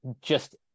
just-